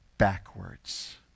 backwards